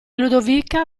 ludovica